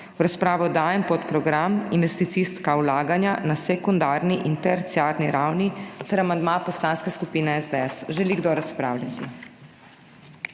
V razpravo dajem podprogram Investicijska vlaganja na sekundarni in terciarni ravni ter amandma Poslanske skupine SDS. Želi kdo razpravljati?